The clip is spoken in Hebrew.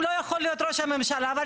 יכול לשמש גורמים אחרים